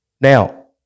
Now